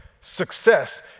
success